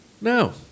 No